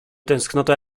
tęsknota